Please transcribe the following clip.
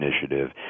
initiative